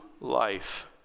life